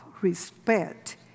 respect